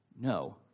no